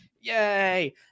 yay